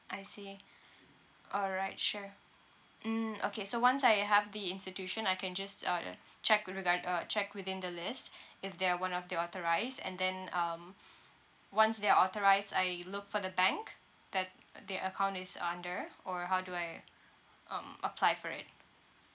I see all right sure mm okay so once I have the institution I can just uh uh check with regard uh check within the list if they're one of the authorised and then um once they are authorised I look for the bank that their account is under or how do I um apply for it